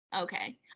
okay